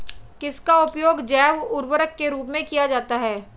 किसका उपयोग जैव उर्वरक के रूप में किया जाता है?